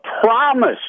promise